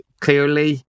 clearly